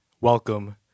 Welcome